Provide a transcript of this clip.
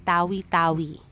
Tawi-Tawi